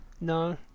No